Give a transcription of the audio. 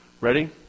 Ready